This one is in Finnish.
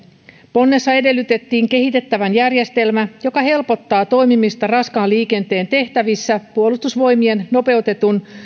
ponnessa edellytettiin kehitettävän järjestelmä joka helpottaa toimimista raskaan liikenteen tehtävissä puolustusvoimien nopeutetun